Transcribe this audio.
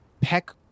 peck